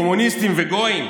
קומוניסטים וגויים,